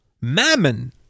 Mammon